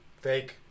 Fake